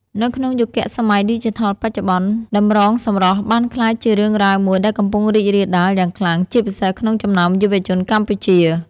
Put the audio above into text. នៅក្នុងយុគសម័យឌីជីថលបច្ចុប្បន្ន តម្រងសម្រស់បានក្លាយជារឿងរ៉ាវមួយដែលកំពុងរីករាលដាលយ៉ាងខ្លាំង ជាពិសេសក្នុងចំណោមយុវជនកម្ពុជា។